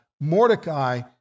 Mordecai